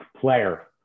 player